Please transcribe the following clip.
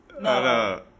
No